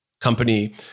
company